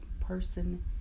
person